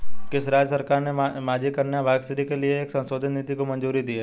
किस राज्य सरकार ने माझी कन्या भाग्यश्री के लिए एक संशोधित नीति को मंजूरी दी है?